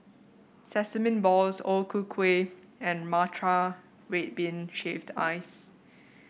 Sesame Balls O Ku Kueh and Matcha Red Bean Shaved Ice